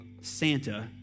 Santa